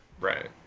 Right